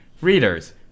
Readers